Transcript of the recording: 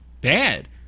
bad